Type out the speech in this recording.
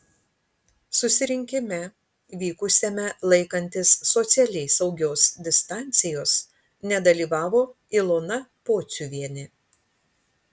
susirinkime vykusiame laikantis socialiai saugios distancijos nedalyvavo ilona pociuvienė